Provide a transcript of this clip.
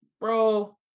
bro